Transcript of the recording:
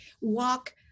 walk